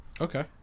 Okay